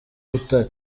butare